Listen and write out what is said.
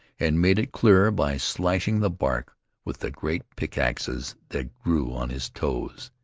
and made it clearer by slashing the bark with the great pickaxes that grew on his toes.